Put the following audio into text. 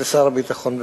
ושר הביטחון בפועל.